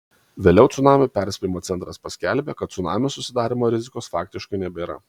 vėliau cunamių perspėjimo centras paskelbė kad cunamių susidarymo rizikos faktiškai nebėra